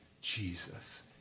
Jesus